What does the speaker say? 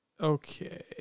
okay